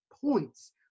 points